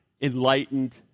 enlightened